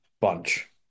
bunch